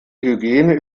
hygiene